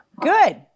Good